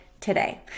today